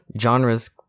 Genres